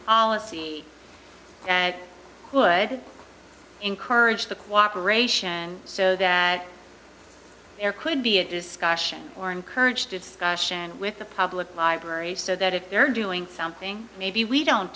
would encourage the cooperation so that there could be a discussion or encourage discussion with the public libraries so that if they're doing something maybe we don't